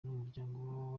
n’umuryango